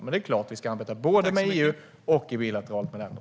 Men det är klart att vi ska arbeta både med EU och bilateralt med länderna.